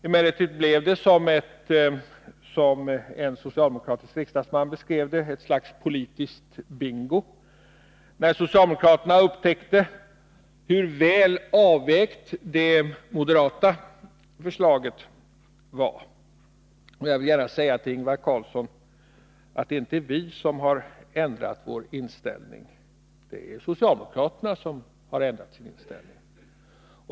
Emellertid blev det, som en socialdemokratisk riksdagsman beskrev det, ett slags politiskt bingo, när socialdemokraterna upptäckte hur väl avvägt det moderata förslaget var. Jag vill gärna säga till Ingvar Karlsson i Bengtsfors att det inte är vi moderater som har ändrat vår inställning — det är socialdemokraterna som har ändrat sin.